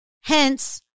Hence